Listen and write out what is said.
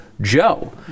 joe